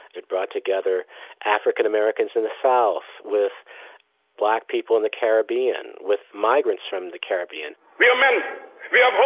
it brought together african-americans in the south with black people in the caribbean, with migrants from the caribbean wheelmen real